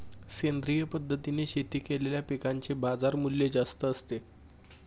सेंद्रिय पद्धतीने शेती केलेल्या पिकांचे बाजारमूल्य जास्त असते